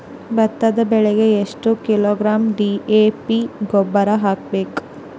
ಭತ್ತದ ಬೆಳಿಗೆ ಎಷ್ಟ ಕಿಲೋಗ್ರಾಂ ಡಿ.ಎ.ಪಿ ಗೊಬ್ಬರ ಹಾಕ್ಬೇಕ?